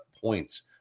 points